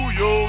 yo